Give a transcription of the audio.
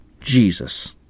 Jesus